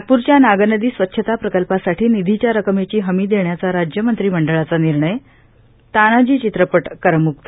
नागपूरच्या नागनदी स्वच्छता प्रकल्पासाठी निधीच्या रकमेची हमी देण्याचा राज्य मंत्रिमंडळाचा निर्णयय तानाजी चित्रपट करमुक्त